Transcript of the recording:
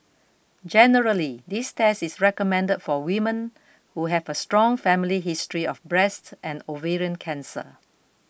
generally this test is recommended for women who have a strong family history of breast and ovarian cancer